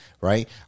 right